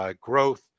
Growth